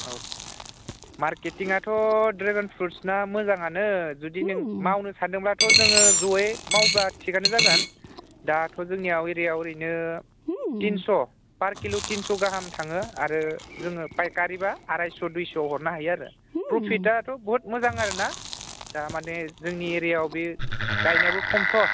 औ मार्केटिङाथ' ड्रागन फ्रुट्सना मोजाङानो जुदि नों मावनो सान्दोंब्लाथ' जोङो ज'यै मावबोब्ला थिखआनो जागोन दाथ' जोंनियाव एरियायाव ओरैनो तिनस' पार किल' तिनस' गाहाम थाङो आरो जोङो फायखारिब्ला आरायस' दुइस' हरनो हायो आरो प्रफिटाथ' बुहुद मोजां आरो ना दा माने जोंनि एरियायाव बे गायनायाबो खमथ'